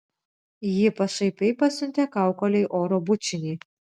ji pašaipiai pasiuntė kaukolei oro bučinį